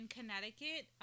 Connecticut